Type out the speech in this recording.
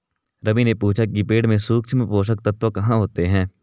रवि ने पूछा कि पेड़ में सूक्ष्म पोषक तत्व कहाँ होते हैं?